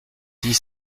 dix